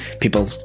people